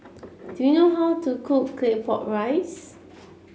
do you know how to cook Claypot Rice